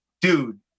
dude